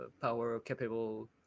power-capable